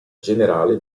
generale